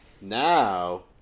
now